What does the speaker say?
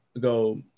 go